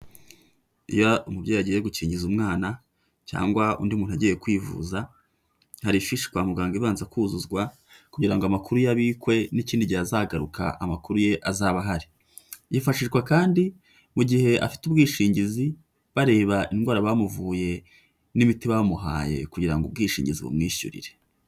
Iyo umubyeyi agiye gukingiza umwana cyangwa undi muntu agiye kwivuza, hari ifishi kwa muganga ibanza kuzuzwa, kugira ngo amakuru ye abikwe, n'ikindi gihe azagaruka amakuru ye azabe ahari. Yifashishwa kandi mu gihe afite ubwishingizi, bareba indwara bamuvuye, n'imiti bamuhaye kugira ngo ubwishingizi bumwishyurire.